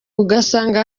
ugasanga